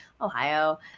Ohio